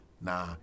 nah